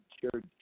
shared